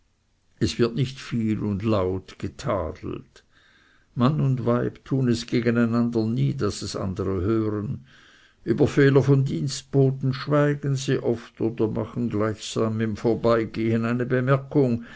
es wird nicht viel und laut getadelt mann und weib tun es gegen einander nie daß es andere hören über fehler von dienstboten schweigen sie oft oder machen gleichsam im vorbeigehen eine bemerkung